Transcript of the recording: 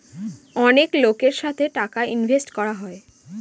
অনেক লোকের সাথে টাকা ইনভেস্ট করা হয়